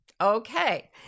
Okay